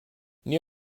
new